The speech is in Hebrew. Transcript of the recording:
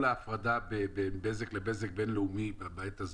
ההפרדה בין בזק לבזק בינלאומי בעת הזאת.